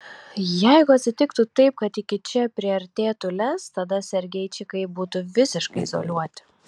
jeigu atsitiktų taip kad iki čia priartėtų lez tada sergeičikai būtų visiškai izoliuoti